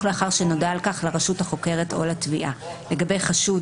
לאחר שנודע על כך לרשות החוקרת או לתביעה." לגבי חשוד,